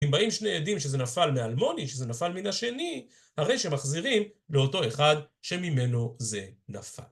אם באים שני עדים שזה נפל מאלמוני, שזה נפל מן השני, הרי שמחזירים לאותו אחד שממנו זה נפל.